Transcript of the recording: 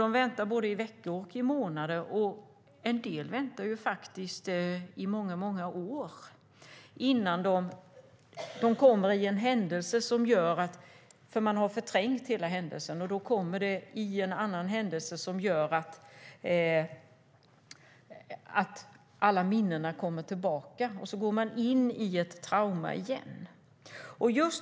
De väntar i både veckor och månader, och en del väntar i många år. De förtränger hela händelsen. Sedan sker något som gör att alla minnen kommer tillbaka, och sedan går de in i ett trauma igen.